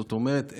זאת אומרת,